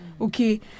okay